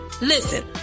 Listen